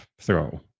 throw